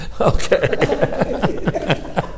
Okay